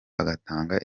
agatanga